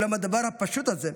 אולם הדבר הפשוט הזה,